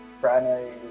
primary